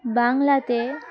বাংলাতে